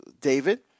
David